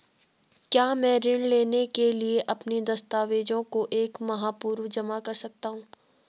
क्या मैं ऋण लेने के लिए अपने दस्तावेज़ों को एक माह पूर्व जमा कर सकता हूँ?